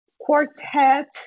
quartet